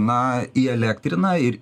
na įelektrina ir